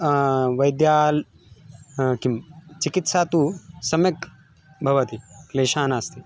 वैद्याल् किं चिकित्सा तु सम्यक् भवति क्लेशः नास्ति